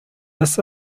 this